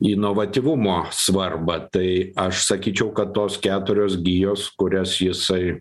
inovatyvumo svarbą tai aš sakyčiau kad tos keturios gijos kurias jisai